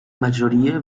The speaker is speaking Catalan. majoria